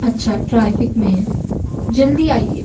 اچھا ٹریفک میں ہیں جلدی آئیے